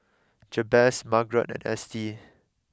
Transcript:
Jabez Margrett and Estie